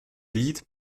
lied